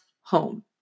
home